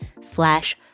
slash